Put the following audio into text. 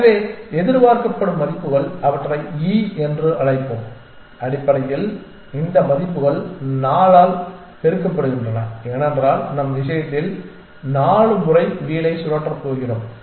எனவே எதிர்பார்க்கப்படும் மதிப்புகள் அவற்றை e என்று அழைப்போம் அடிப்படையில் இந்த மதிப்புகள் 4 ஆல் பெருக்கப்படுகின்றன ஏனென்றால் நம் விஷயத்தில் 4 முறை வீலை சுழற்றப் போகிறோம்